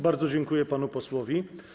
Bardzo dziękuję panu posłowi.